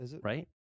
right